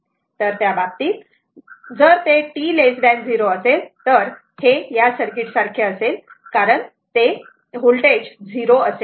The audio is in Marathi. तर त्या बाबतीत जर ते t 0 असेल तर हे या सर्किटसारखे असेल कारण हे व्होल्टेज 0 असेल